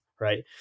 Right